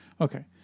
Okay